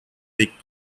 pek